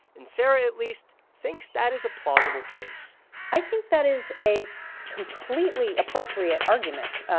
and sarah at least thinks that is a plausible case i think that is a completely appropriate argument,